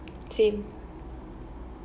same